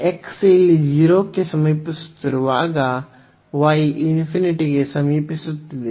x ಇಲ್ಲಿ 0 ಕ್ಕೆ ಸಮೀಪಿಸುತ್ತಿರುವಾಗ y ಗೆ ಸಮೀಪಿಸುತ್ತಿದೆ